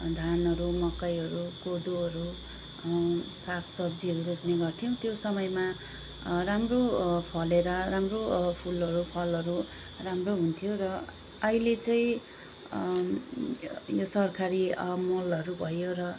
धानहरू मकैहरू कोदोहरू सागसब्जीहरू रोप्नेगर्थ्यौँ त्यो समयमा राम्रो फलेर राम्रो फुलहरू फलहरू राम्रो हुन्थ्यो र अहिले चाहिँ यो सरकारी मलहरू भयो र